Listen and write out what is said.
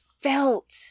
felt